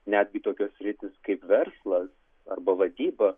netgi tokios sritys kaip verslas arba vadyba